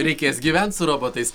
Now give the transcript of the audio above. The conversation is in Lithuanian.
reikės gyvent su robotais